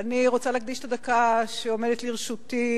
אני רוצה להקדיש את הדקה שעומדת לרשותי